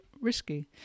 risky